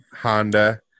Honda